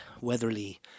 Weatherly